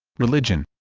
religion